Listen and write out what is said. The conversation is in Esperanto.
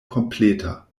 kompleta